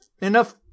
enough